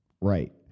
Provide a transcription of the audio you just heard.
right